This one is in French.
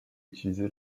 utilisé